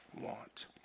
want